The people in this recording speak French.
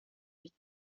huit